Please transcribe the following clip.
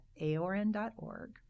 aorn.org